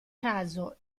caso